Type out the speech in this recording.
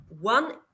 one